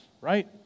right